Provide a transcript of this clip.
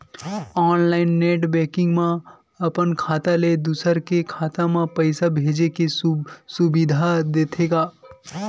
online net banking म अपन खाता ले दूसर के खाता म पइसा भेजे के सुबिधा देथे गा